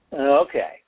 Okay